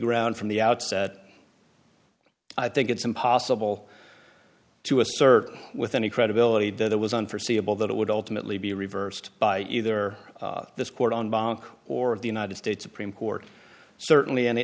ground from the outset i think it's impossible to assert with any credibility that it was on forseeable that it would ultimately be reversed by either this court on bond or of the united states supreme court certainly an